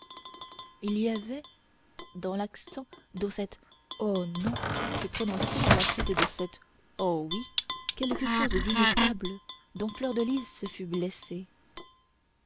il y avait dans l'accent dont cet oh non fut prononcé à la suite de cet oh oui quelque chose d'ineffable dont fleur de lys fut blessée